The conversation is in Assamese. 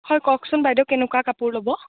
হয় কওকচোন বাইদেউ কেনেকুৱা কাপোৰ ল'ব